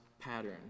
pattern